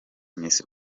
miss